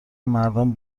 مردم